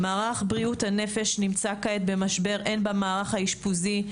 מערך בריאות הנפש נמצא כעת במשבר הן במערך האשפוזי,